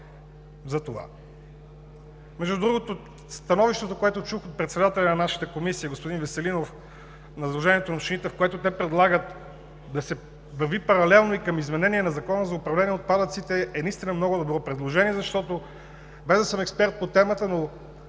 за това. Между другото становището, което чух от председателя на нашата комисия господин Веселинов на изложението на общините, в което те предлагат да се върви паралелно и към изменение на Закона за управление на отпадъците, е наистина много добро предложение. Защото без да съм експерт по темата, но